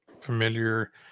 familiar